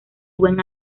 buen